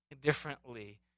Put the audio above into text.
differently